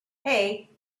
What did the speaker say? hey